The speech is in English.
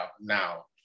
now